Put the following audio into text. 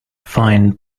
fine